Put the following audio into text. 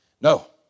No